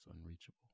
unreachable